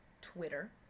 Twitter